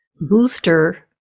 booster